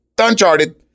uncharted